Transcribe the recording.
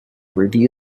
review